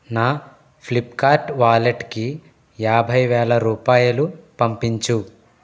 నా ఫ్లిప్కార్ట్ వాలెట్కి యాభై వేల రూపాయలు పంపించు